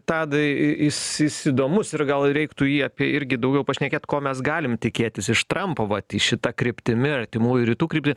tadai jis jis įdomus ir gal reiktų jį apie irgi daugiau pašnekėt ko mes galim tikėtis iš trampo vat į šita kryptimi artimųjų rytų krypti